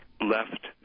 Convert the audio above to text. left